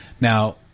Now